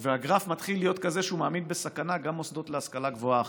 והגרף מתחיל להיות כזה שהוא מעמיד בסכנה גם מוסדות להשכלה גבוהה אחרים.